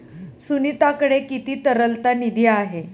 सुनीताकडे किती तरलता निधी आहे?